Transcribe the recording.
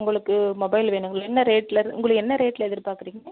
உங்களுக்கு மொபைல் வேணுங்களா என்ன ரேட்டில் உங்களுக்கு என்ன ரேட்டில் எதிர்பார்க்குறிங்க